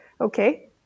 okay